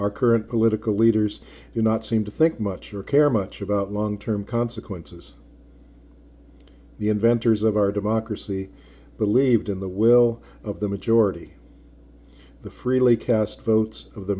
our current political leaders do not seem to think much or care much about long term consequences the inventors of our democracy believed in the will of the majority the freely cast votes of the